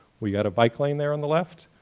we've got a bike lane there on the left,